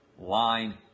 line